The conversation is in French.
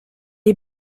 est